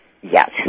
Yes